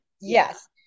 Yes